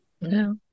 No